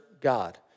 God